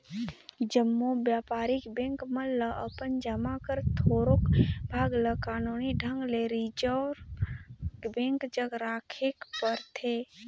जम्मो बयपारिक बेंक मन ल अपन जमा कर थोरोक भाग ल कानूनी ढंग ले रिजर्व बेंक जग राखेक परथे